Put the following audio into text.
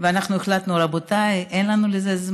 ואנחנו החלטנו: רבותיי, אין לנו זמן לזה.